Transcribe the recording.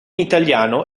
italiano